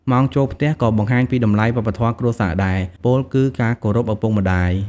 ម៉ោងចូលផ្ទះក៏បង្ហាញពីតម្លៃវប្បធម៌គ្រួសារដែរ ពោលគឺ ការគោរពឪពុកម្តាយ។